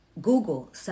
Google